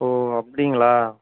ஓ அப்படிங்களா